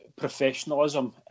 professionalism